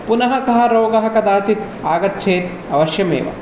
पुनः सः रोगः कदाचिद् आगछेत् अवश्यमेव